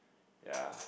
ya